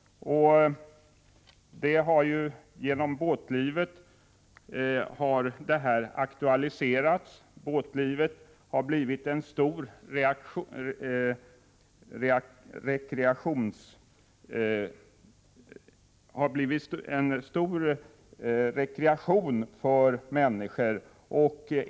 Genom båtlivet har frågan aktualiserats. Båtlivet utgör en stor rekreationskälla för människor.